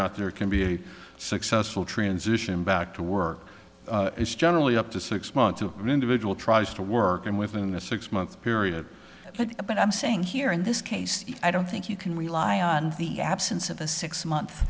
not there can be a successful transition back to work is generally up to six months of an individual tries to work and within the six month period but but i'm saying here in this case i don't think you can rely on the absence of a six month